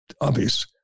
obvious